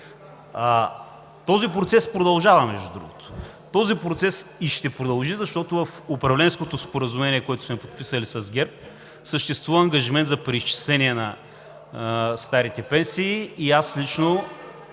Този процес продължава, между другото. Този процес ще продължи, защото в управленското споразумение, което сме подписали с ГЕРБ, съществува ангажимент за преизчисление на старите пенсии. Лично